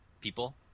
people